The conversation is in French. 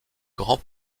grand